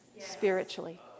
spiritually